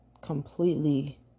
completely